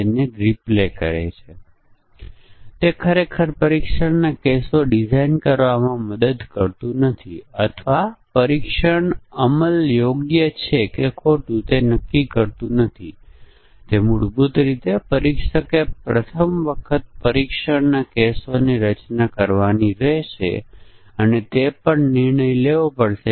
તેથી અહીં ક્રિયાઓ છે એક તે છે કે ઇનપુટ મૂલ્ય અને ચુકવણી પદ્ધતિના આધારે જે ડિસ્કાઉન્ટ લાગુ પડે છે તે આ બે પરિમાણો છે ખરીદીની રકમ અને ચુકવણીની પદ્ધતિ શું છે